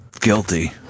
Guilty